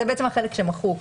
בעצם כל מה שמחוק,